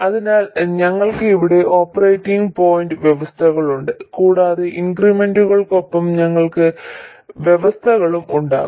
അതിനാൽ ഞങ്ങൾക്ക് ഇവിടെ ഓപ്പറേറ്റിംഗ് പോയിന്റ് വ്യവസ്ഥകളുണ്ട് കൂടാതെ ഇൻക്രിമെന്റുകൾക്കൊപ്പം ഞങ്ങൾക്ക് വ്യവസ്ഥകളും ഉണ്ടാകും